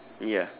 ya